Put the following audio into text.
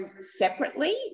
separately